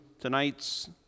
tonight's